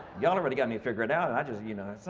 y'all already got me figure it out and i just, you know